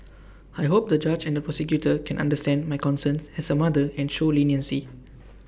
I hope the judge and the prosecutor can understand my concerns as A mother and show leniency